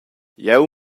jeu